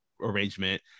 arrangement